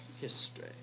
history